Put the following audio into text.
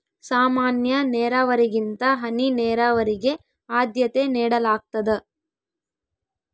ಸಾಮಾನ್ಯ ನೇರಾವರಿಗಿಂತ ಹನಿ ನೇರಾವರಿಗೆ ಆದ್ಯತೆ ನೇಡಲಾಗ್ತದ